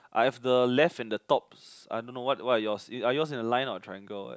I have the left and the tops I don't know what what are yours are yours in the line or triangle